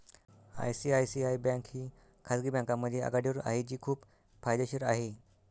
ICICI bank ही खाजगी बँकांमध्ये आघाडीवर आहे जी खूप फायदेशीर आहे